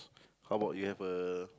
how about you have a